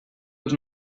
els